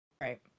Right